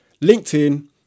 LinkedIn